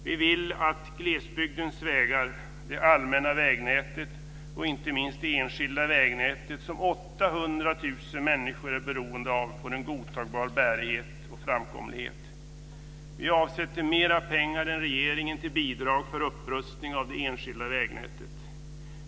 Vi vill att glesbygdens vägar - det allmänna vägnätet och inte minst det enskilda vägnätet som 800 000 människor är beroende av - får en godtagbar bärighet och framkomlighet. Vi avsätter mera pengar än regeringen till bidrag för upprustning av det enskilda vägnätet.